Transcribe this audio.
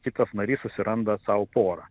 kitas narys susiranda sau porą